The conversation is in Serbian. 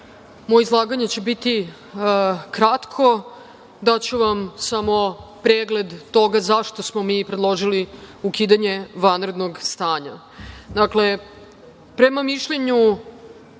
Moje izlaganje će biti kratko. Daću vam samo pregled toga zašto smo mi predložili ukidanje vanrednog stanja. Dakle,